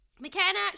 McKenna